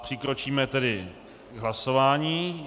Přikročíme tedy k hlasování.